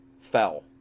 fell